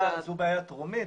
זו בעיה טרומית,